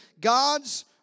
God's